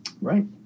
Right